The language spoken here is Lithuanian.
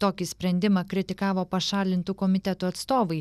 tokį sprendimą kritikavo pašalintų komitetų atstovai